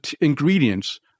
ingredients